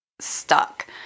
stuck